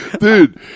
Dude